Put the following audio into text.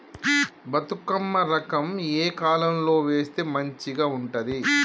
బతుకమ్మ రకం ఏ కాలం లో వేస్తే మంచిగా ఉంటది?